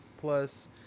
plus